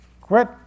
Quit